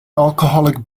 alcoholic